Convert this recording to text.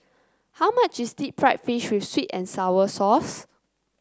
how much is Deep Fried Fish with sweet and sour sauce